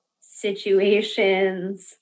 situations